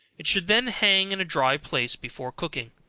it should then hang in a dry place, before cooking,